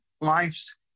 life's